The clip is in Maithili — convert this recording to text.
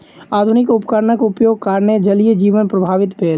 आधुनिक उपकरणक उपयोगक कारणेँ जलीय जीवन प्रभावित भेल